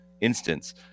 instance